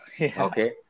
Okay